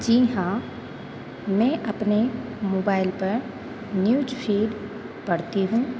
जी हाँ मैं अपने मोबाइल पर न्यूज फ़ीड पढ़ती हूँ